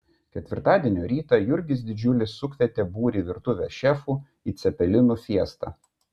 ketvirtadienio rytą jurgis didžiulis sukvietė būrį virtuvės šefų į cepelinų fiestą